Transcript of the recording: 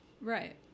Right